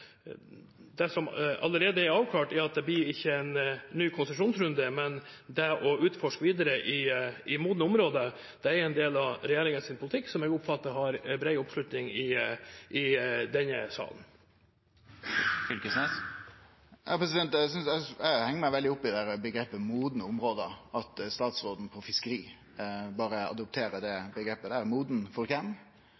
Det som allerede er avklart, er at det ikke blir en ny konsesjonsrunde, men det å utforske videre i modne områder er en del av regjeringens politikk som jeg oppfatter har bred oppslutning i denne salen. Eg heng meg veldig opp i omgrepet «modne område», at statsråden på fiskeri berre adopterer det omgrepet. Modent for kven? Statsråden har ansvar for fiskeria. Dette er rike område for fiskeri. Det